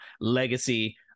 legacy